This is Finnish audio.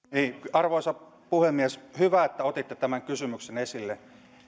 arvoisa puhemies hyvä että otitte tämän kysymyksen esille